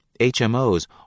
HMOs